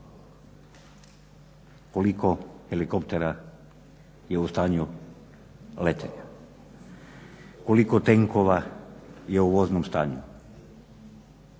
Koliko helikoptera je u stanju letenja? Koliko tenkova je u voznom stanju?